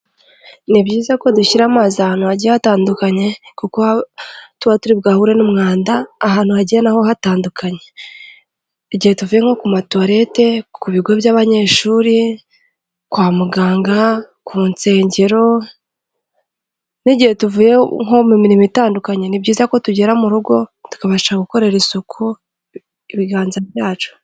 Ni byiza ko dushyira amazi ahantu hagiye hatandukanye kuko tuba turi bwahure n'umwanda ahantu hagiye na ho hatandukanye. Igihe tuvuye nko ku matuwarete, ku bigo by'abanyeshuri, kwa muganga, ku nsengero n'igihe tuvuye nko mu imirimo itandukanye, ni byiza ko tugera mu rugo tukabasha gukorera isuku ibiganza byacu.